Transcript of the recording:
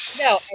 No